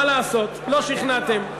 מה לעשות, לא שכנעתם.